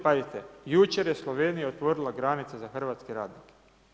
Pazite, jučer je Slovenija otvorila granice za hrvatske radnike.